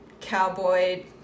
cowboy